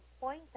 point